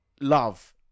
love